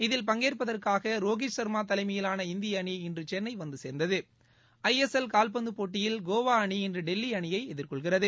இதில் பங்பேற்பதற்காக ரோகித் சா்மா தலைமையிலான இந்திய அணி இன்று சென்னை வந்து சேர்ந்தது ஐ எஸ் எல் கால்பந்து போட்டியில் கோவா அணி இன்று டெல்லி அணியை எதிர்கொள்கிறது